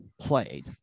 Played